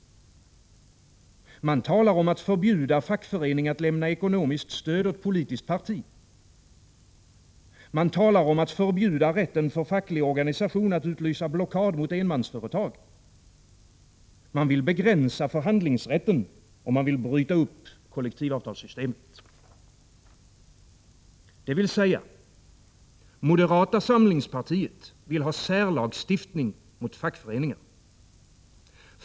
Man talar om att förbjuda fackföreningar att lämna ekonomiskt stöd åt politiskt parti. Man talar om att förbjuda rätten för facklig organisation att utlysa blockad mot enmansföretag. Man vill begränsa förhandlingsrätten och man vill bryta upp kollektivavtalssystemet. Detta vill säga: Moderata samlingspartiet vill ha särlagstiftning mot fackföreningar.